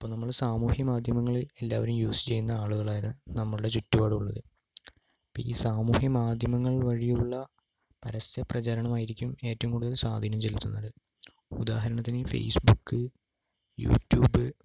അപ്പോൾ നമ്മൾ സാമൂഹ്യമാധ്യമങ്ങള് എല്ലാവരും യൂസ് ചെയ്യുന്ന ആളുകൾ ആണ് നമ്മുടെ ചുറ്റുപാടുള്ളവര് അപ്പോൾ ഈ സാമൂഹ്യമാധ്യമങ്ങൾ വഴിയുള്ള പരസ്യപ്രചരണമായിരക്കും ഏറ്റവും കൂടുതൽ സ്വാധീനം ചെലുത്തുന്നത് ഉദാഹരണത്തിന് ഫേസ്ബുക്ക് യൂട്യൂബ്